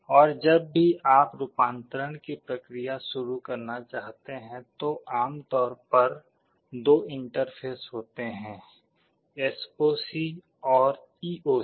और जब भी आप रूपांतरण की प्रक्रिया शुरू करना चाहते हैं तो आमतौर पर दो इंटरफेस होते हैं एसओसी और ईओसी